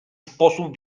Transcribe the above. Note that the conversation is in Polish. sposób